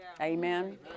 Amen